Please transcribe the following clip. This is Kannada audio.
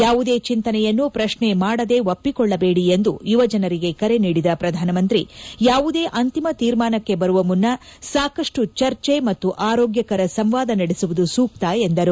ಯಾವುದೇ ಚಿಂತನೆಯನ್ನು ಪ್ರಶ್ನೆ ಮಾಡದೇ ಒಪ್ಪಿಕೊಳ್ಳಬೇಡಿ ಎಂದು ಯುವಜನರಿಗೆ ಕರೆ ನೀಡಿದ ಪ್ರಧಾನಮಂತ್ರಿ ಯಾವುದೇ ಅಂತಿಮ ತೀರ್ಮಾನಕ್ಕೆ ಬರುವ ಮುನ್ನ ಸಾಕಷ್ಟು ಚರ್ಚೆ ಮತ್ತು ಆರೋಗ್ಗಕರ ಸಂವಾದ ನಡೆಸುವುದು ಸೂಕ್ತ ಎಂದರು